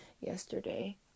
yesterday